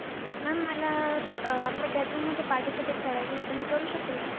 ma'am मला आपल्या गॅदरिंगमध्ये पार्टिसिपेट करायचं होतं मी करू शकेल का